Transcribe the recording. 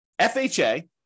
FHA